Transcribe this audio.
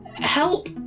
help